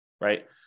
Right